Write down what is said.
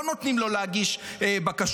לא נותנים לו להגיש בקשות.